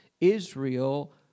Israel